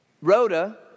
Rhoda